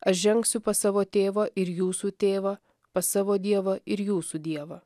aš žengsiu pas savo tėvą ir jūsų tėvą pas savo dievą ir jūsų dievą